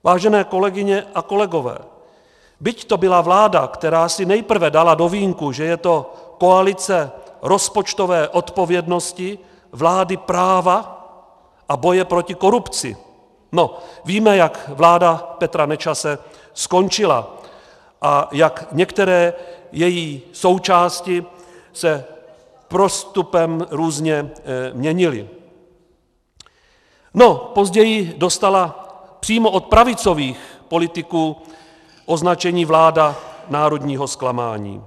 Vážené kolegyně a kolegové, byť to byla vláda, která si nejprve dala do vínku, že je to koalice rozpočtové odpovědnosti, vlády práva a boje proti korupci no, víme, jak vláda Petra Nečase skončila a jak některé její součásti se postupně různě měnily , později dostala přímo od pravicových politiků označení vláda národního zklamání.